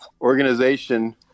organization